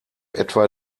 etwa